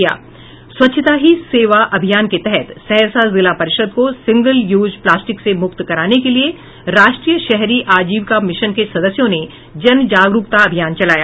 स्वच्छता ही सेवा अभियान के तहत सहरसा जिला परिषद को सिंगल यूज प्लास्टिक से मुक्त कराने के लिए राष्ट्रीय शहरी आजीविका मिशन के सदस्यों ने जन जागरूकता अभियान चलाया